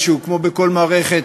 כמו בכל מערכת,